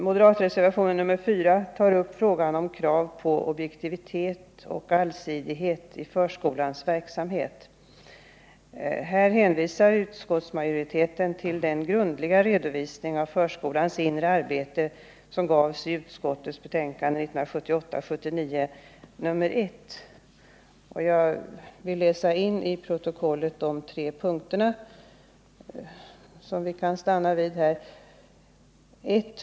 Moderatreservationen 4 tar upp frågan om krav på objektivitet och allsidighet i förskolans verksamhet. Här hänvisar utskottsmajoriteten till den grundliga redovisning av förskolans inre arbete som gavs i utskottets betänkande 1978/79:1, och jag vill läsa in i protokollet de tre punkter som utskottet anförde den gången: ”1.